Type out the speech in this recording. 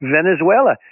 Venezuela